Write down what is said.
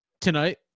tonight